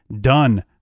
done